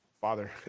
Father